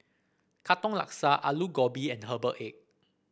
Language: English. Katong Laksa Aloo Gobi and Herbal Egg